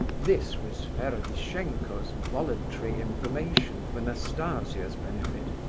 this was ferdishenko's voluntary information for nastasia's benefit.